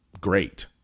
great